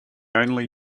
only